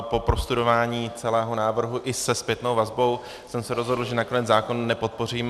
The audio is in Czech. Po prostudování celého návrhu i se zpětnou vazbou jsem se rozhodl, že nakonec zákon aktivně nepodpořím.